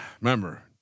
remember